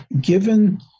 Given